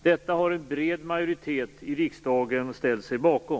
Detta har en bred majoritet i riksdagen ställt sig bakom.